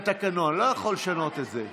התקנון, לא יכול לשנות את זה.